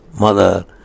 Mother